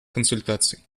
консультаций